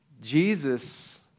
Jesus